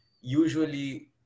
Usually